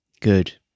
Good